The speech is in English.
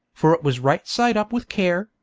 for it was right side up with care,